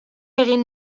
egin